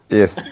Yes